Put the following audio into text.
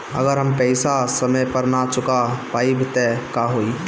अगर हम पेईसा समय पर ना चुका पाईब त का होई?